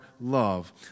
love